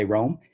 Rome